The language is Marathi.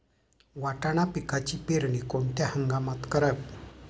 वाटाणा पिकाची पेरणी कोणत्या हंगामात करावी?